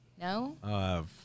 No